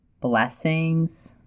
Blessings